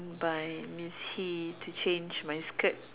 by Miss He to change my skirt